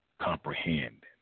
comprehend